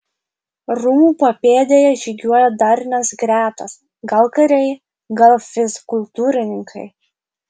rūmų papėdėje žygiuoja darnios gretos gal kariai gal fizkultūrininkai